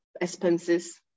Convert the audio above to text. expenses